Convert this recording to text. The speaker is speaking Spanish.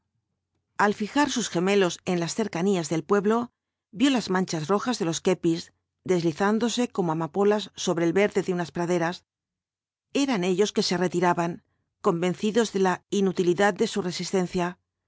al fijar sus gemelos en las cercanías del pueblo vio las manchas rojas de los kepis deslizándose como amapolas sobre el verde de unas praderas eran ellos que se retiraban convencidos de la inutilidad de su resistencia